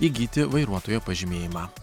įgyti vairuotojo pažymėjimą